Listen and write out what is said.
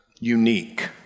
unique